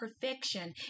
perfection